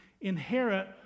inherit